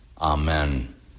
Amen